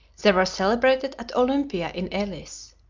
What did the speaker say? they were celebrated at olympia in elis.